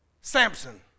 Samson